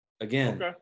again